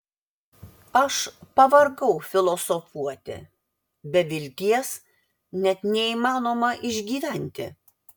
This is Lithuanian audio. aš pavargau filosofuoti be vilties net neįmanoma išgyventi